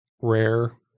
rare